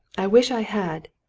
i wish i had!